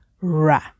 ra